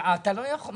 אתה לא יכול.